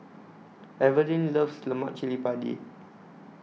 Evelin loves Lemak Cili Padi